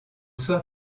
soir